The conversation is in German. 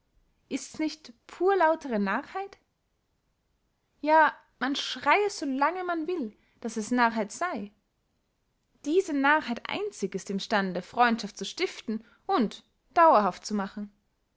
ists nicht pur lautere narrheit ja man schreie so lange man will daß es narrheit sey diese narrheit einzig ist im stande freundschaft zu stiften und dauerhaft zu machen